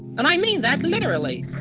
and i mean that literally